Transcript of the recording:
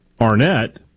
Arnett